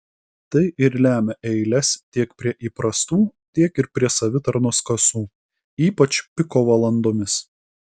tai ir lemia eiles tiek prie įprastų tiek ir prie savitarnos kasų ypač piko valandomis